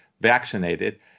vaccinated